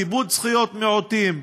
כיבוד זכויות מיעוטים,